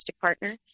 partner